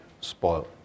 spoiled